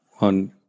on